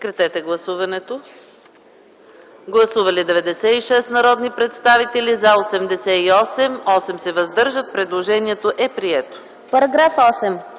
параграф 8,